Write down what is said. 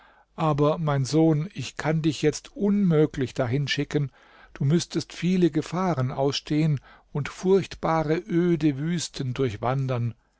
aber mein sohn ich kann dich jetzt unmöglich dahin schicken du müßtest viele gefahren ausstehen und furchtbare öde wüsten durchwandern